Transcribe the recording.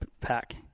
pack